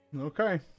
Okay